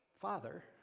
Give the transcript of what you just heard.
Father